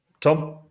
tom